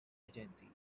agencies